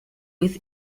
with